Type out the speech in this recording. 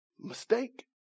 mistake